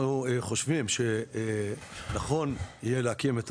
אנחנו חושבים שנכון יהיה להקים,